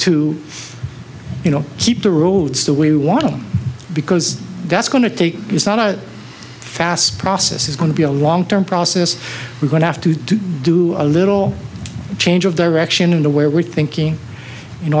to you know keep the roads to we want them because that's going to take it's not a fast process is going to be a long term process we're going to have to do a little change of direction in the way we're thinking in